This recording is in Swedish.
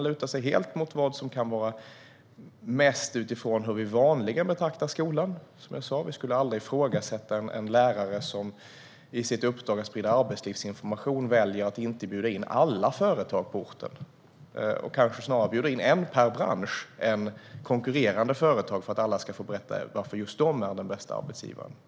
Om vi utgick från den syn som vi vanligen har på skolan skulle vi, som jag sa, aldrig ifrågasätta en lärare som i sitt uppdrag att sprida arbetslivsinformation väljer att inte bjuda in alla företag på orten. Man bjuder kanske snarare in en per bransch än konkurrerande företag för att alla ska få berätta varför just de är den bästa arbetsgivaren.